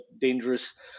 dangerous